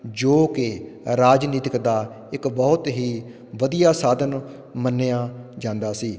ਜੋ ਕਿ ਰਾਜਨੀਤਿਕ ਦਾ ਇੱਕ ਬਹੁਤ ਹੀ ਵਧੀਆ ਸਾਧਨ ਮੰਨਿਆ ਜਾਂਦਾ ਸੀ